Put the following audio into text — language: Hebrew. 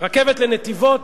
רכבת לנתיבות,